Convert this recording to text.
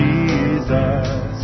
Jesus